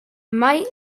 mai